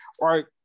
right